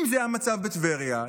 אם זה המצב בטבריה,